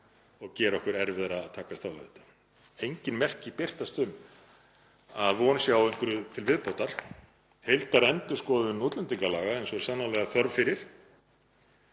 og gera okkur erfiðara að takast á við þetta. Engin merki birtast um að von sé á einhverju til viðbótar, heildarendurskoðun útlendingalaga eins og sannarlega er þörf fyrir.